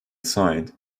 signed